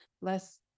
less